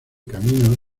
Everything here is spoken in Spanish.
caminos